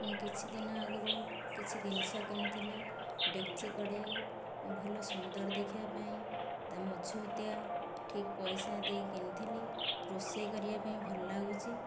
ମୁଁ କିଛିଦିନ ଆଗରୁ କିଛି ଜିନିଷ କିଣିଥିଲି ଡେକ୍ଚି କଡ଼େଇ ଭଲ ସୁନ୍ଦର ଦେଖିବା ପାଇଁ ତା ମଜଭୁତିଆ ଠିକ ପଇସା ଦେଇ କିଣିଥିଲି ରୋଷେଇ କରିବା ପାଇଁ ଭଲ ଲାଗୁଛି